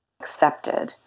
accepted